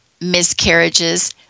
miscarriages